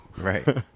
Right